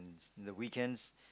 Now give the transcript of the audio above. the weekends